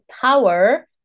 power